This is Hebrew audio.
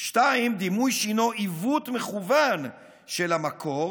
ושתיים, דימוי שהינו עיוות מכוון של המקור